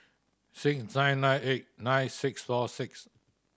six nine nine eight nine six four six